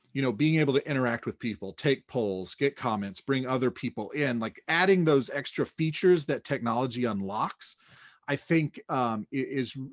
you know being able to interact with people, take polls, get comments, bring other people in. like adding those extra features that technology unlocks i think is,